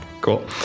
Cool